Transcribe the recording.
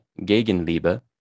Gegenliebe